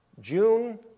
June